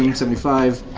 and seventy five.